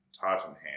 Tottenham